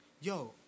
yo